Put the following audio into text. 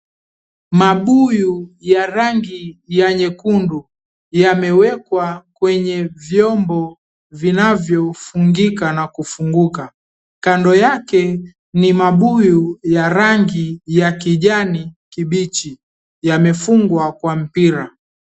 Mabuyu ya rangi ya nyekundu, yamewekwa kwenye vyombo ninavyofungika na kufunuguka. Kando yake, ni mabuyu ya rangi ya kijani kibichi. Yamefungwa kwa mpira.